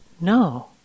no